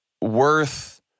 worth